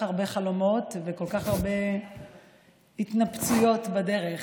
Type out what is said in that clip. הרבה חלומות וכל כך הרבה התנפצויות בדרך.